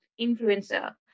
Influencer